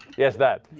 yes, that.